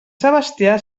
sebastià